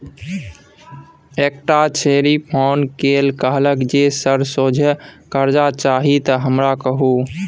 एकटा छौड़ी फोन क कए कहलकै जे सर सोझे करजा चाही त हमरा कहु